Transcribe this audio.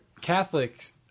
Catholics